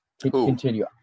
Continue